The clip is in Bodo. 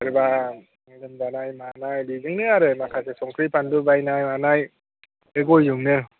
सोरबा लोमजानाय मानाय बेजोंनो आरो माखासे संख्रि बानलु बायनाय मानाय गयजोंनो